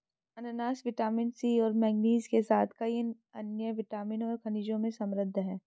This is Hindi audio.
अनन्नास विटामिन सी और मैंगनीज के साथ कई अन्य विटामिन और खनिजों में समृद्ध हैं